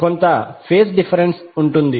కొంత phase difference ఉంటుంది